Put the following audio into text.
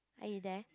hi there